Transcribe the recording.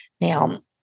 Now